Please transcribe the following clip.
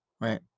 Right